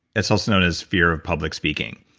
it's also known as fear of public speaking.